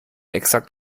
exakt